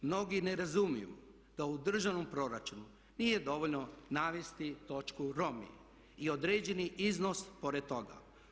Mnogi ne razumiju da u državnom proračunu nije dovoljno navesti točku Romi i određeni iznos pored toga.